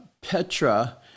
petra